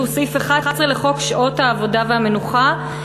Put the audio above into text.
הוא סעיף 11 לחוק שעות העבודה והמנוחה,